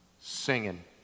Singing